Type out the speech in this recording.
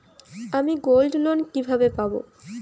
আমি গোল্ডলোন কিভাবে পাব?